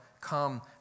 come